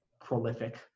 prolific